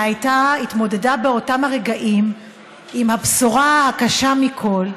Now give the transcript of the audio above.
שהתמודדה באותם הרגעים עם הבשורה הקשה מכול,